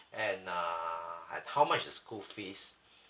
and uh and how much is school fees